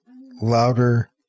louder